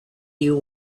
you